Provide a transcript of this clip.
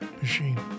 machine